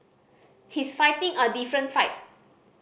he's fighting a different fight